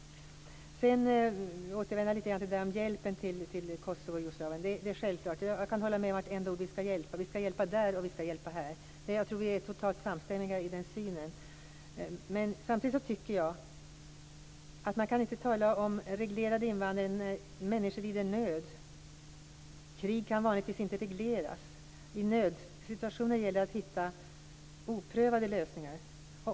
Sedan vill jag återvända lite grann till det här med hjälpen till Kosovo och Jugoslavien. Det är självklart att vi skall hjälpa. Vi skall hjälpa där och vi skall hjälpa här. Jag tror att vi är totalt samstämmiga i den synen. Men samtidigt tycker jag inte att man kan tala om en reglerad invandring när människor lider nöd. Krig kan vanligtvis inte regleras. I nödsituationer gäller det att hitta oprövade lösningar.